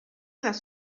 las